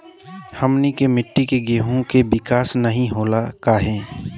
हमनी के मिट्टी में गेहूँ के विकास नहीं होला काहे?